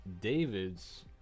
David's